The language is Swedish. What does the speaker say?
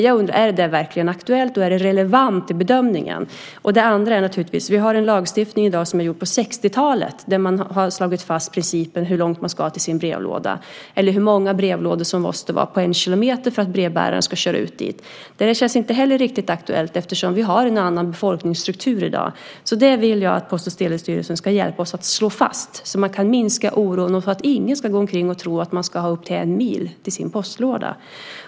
Jag undrar: Är det där verkligen aktuellt, och är det relevant i bedömningen? Det andra är naturligtvis att vi har en lagstiftning i dag som är gjord på 1960-talet där man har slagit fast principer för hur långt man ska ha till sin brevlåda eller hur många brevlådor som det måste vara på en kilometer för att brevbäraren ska köra ut dit. Det känns inte heller riktigt aktuellt eftersom vi har en annan befolkningsstruktur i dag. Det vill jag att Post och telestyrelsen ska hjälpa oss att slå fast så att man kan minska oron och så att ingen ska gå omkring och tro att man ska ha upp till en mil till sin postlåda.